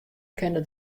kinne